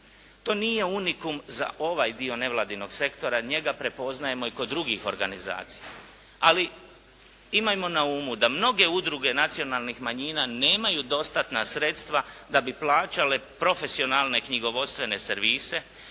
To nije unikum za ovaj dio nevladinog sektora jer njega prepoznajemo i kod drugih organizacija ali imajmo na umu da mnoge udruge nacionalnih manjina nemaju dostatna sredstva da bi plaćale profesionalne knjigovodstvene servise